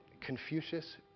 Confucius